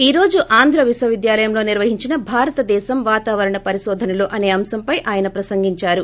ఈ రోజు ఆంధ్ర విశ్వవిద్యాలయంలో నిర్వహించిన భారతదేశం వాతావరణ పరికోధనలు అసే అంశంపై ప్రసంగించారు